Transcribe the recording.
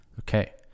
okay